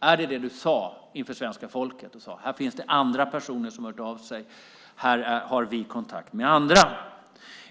Är det vad du sade inför svenska folket, att det finns andra personer som har hört av sig och som ni har kontakt med?